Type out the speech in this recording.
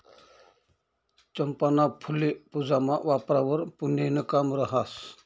चंपाना फुल्ये पूजामा वापरावंवर पुन्याईनं काम रहास